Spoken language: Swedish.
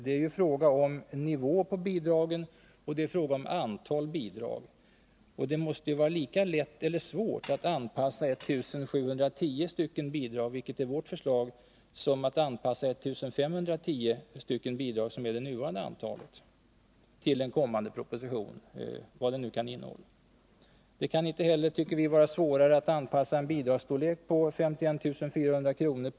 Det är ju fråga om nivån på bidragen och om antalet bidrag. Det måste vara lika lätt eller svårt att anpassa 1 710 bidrag, som är vårt förslag, som att anpassa 1 510 bidrag, som är det nuvarande antalet, till en kommande proposition — vad nu den kan innehålla. Det kan inte heller, tycker vi, vara svårare att anpassa en bidragsstorlek på 51 400 kr.